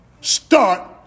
start